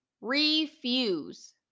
refuse